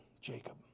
Jacob